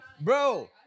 Bro